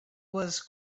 was